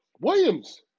Williams